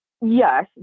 Yes